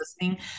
listening